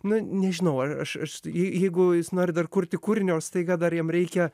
nu nežinau a aš jeigu jis nori dar kurti kūrinio staiga dar jam reikia